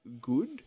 good